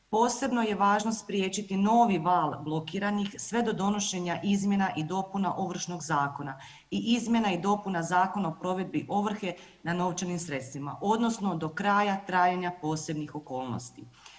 Posebno je važno spriječiti novi val blokiranih sve do donošenja izmjena i dopuna Ovršnog zakona i izmjena i dopuna Zakona o provedbi ovrhe na novčanim sredstvima, odnosno do kraja trajanja posebnih okolnosti.